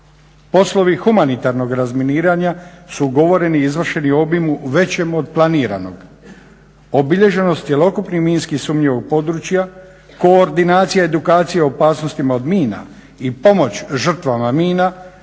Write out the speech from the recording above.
Poslovi humanitarnog razminiranja su ugovoreni i izvršeni u obimu većem od planiranog. Obilježenost cjelokupnih minski sumnjivih područja, koordinacija i edukacija o opasnostima od mina i pomoć žrtvama mina